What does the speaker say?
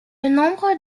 nombre